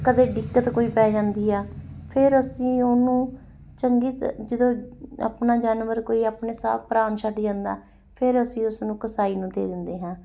ਕਦੇ ਦਿੱਕਤ ਕੋਈ ਪੈ ਜਾਂਦੀ ਆ ਫਿਰ ਅਸੀਂ ਉਹਨੂੰ ਚੰਗੀ ਜਦੋਂ ਆਪਣਾ ਜਾਨਵਰ ਕੋਈ ਆਪਣੇ ਸਾਹ ਪ੍ਰਾਣ ਛੱਡ ਜਾਂਦਾ ਫਿਰ ਅਸੀਂ ਉਸਨੂੰ ਕਸਾਈ ਨੂੰ ਦੇ ਦਿੰਦੇ ਹਾਂ